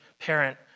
parent